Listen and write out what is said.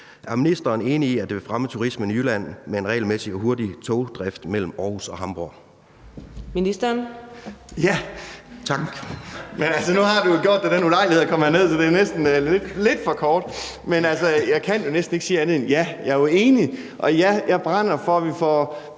Er ministeren enig i, at det vil fremme turismen i Jylland med en regelmæssig og hurtig togdrift mellem Aarhus og Hamborg?